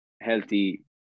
healthy